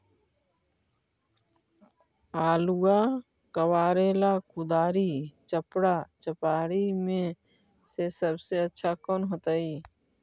आलुआ कबारेला कुदारी, चपरा, चपारी में से सबसे अच्छा कौन होतई?